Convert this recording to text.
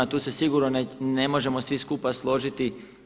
Tu se sigurno ne možemo svi skupa složiti.